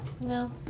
No